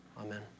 amen